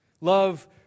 Love